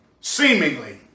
Seemingly